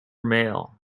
male